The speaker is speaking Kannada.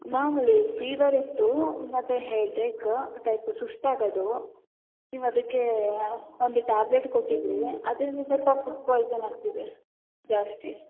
ಮಾಮೂಲಿ ಫೀವರ್ ಇತ್ತೂ ಮತ್ತು ಹೆಡೇಕ್ ಟೈಪು ಸುಸ್ತಾಗೋದು ನೀವು ಅದಕ್ಕೇ ಒಂದು ಟ್ಯಾಬ್ಲೆಟ್ ಕೊಟ್ಟಿದ್ರಿ ಅದರಿಂದ ಸ್ವಲ್ಪ ಫುಡ್ ಪಾಯ್ಸನ್ ಆಗ್ತಿದೆ ಜಾಸ್ತಿ